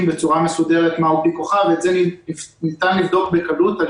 בצורה מסודרת מה הוא *P ואת זה ניתן לבדוק בקלות על